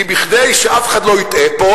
כי כדי שאף אחד לא יטעה פה,